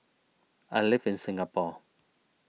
I live in Singapore